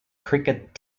cricket